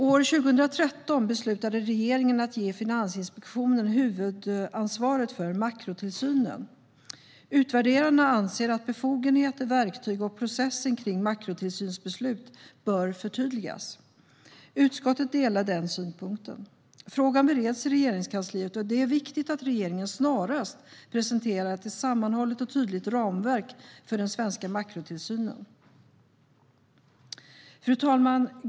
År 2013 beslutade regeringen att ge Finansinspektionen huvudansvaret för makrotillsynen. Utvärderarna anser att befogenheter, verktyg och processen kring makrotillsynsbeslut bör förtydligas. Utskottet delar den synpunkten. Frågan bereds i Regeringskansliet, och det är viktigt att regeringen snarast presenterar ett sammanhållet och tydligt ramverk för den svenska makrotillsynen. Fru talman!